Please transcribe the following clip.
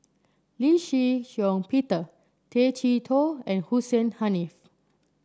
Lee Shih Shiong Peter Tay Chee Toh and Hussein Haniff